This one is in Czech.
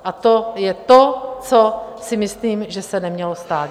A to je to, co si myslím, že se nemělo stát.